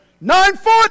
Nine-foot